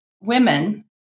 women